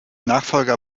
nachfolger